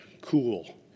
cool